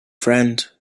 friend